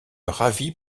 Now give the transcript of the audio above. ravit